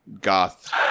goth